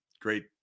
great